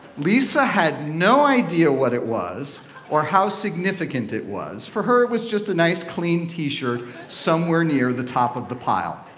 lisa had no idea what it was or how significant it was. for her, it was just a nice clean t-shirt somewhere near the top of the pile.